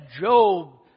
Job